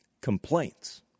complaints